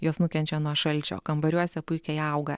jos nukenčia nuo šalčio kambariuose puikiai auga